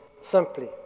simply